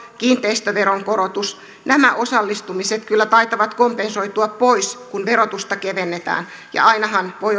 kiinteistöveron korotus nämä osallistumiset kyllä taitavat kompensoitua pois kun verotusta kevennetään ja ainahan voi